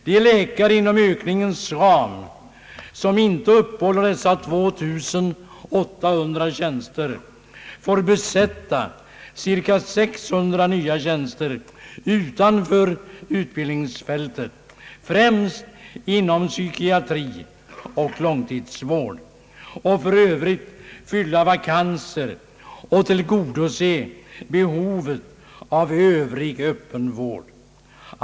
De läkare inom ökningens ram som inte uppehåller dessa 2 800 tjänster får besätta cirka 600 nya tjänster utanför utbildningsfältet, främst inom psykiatrioch långtidsvård, och för övrigt fylla vakanser och tillgodose behovet av övrig öppen vård.